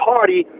Party